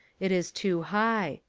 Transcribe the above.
it is too high.